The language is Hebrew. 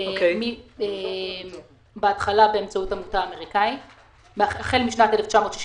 החל משנת 1963,